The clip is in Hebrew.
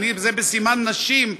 זה בסימן נשים,